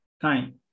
time